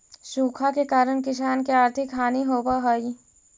सूखा के कारण किसान के आर्थिक हानि होवऽ हइ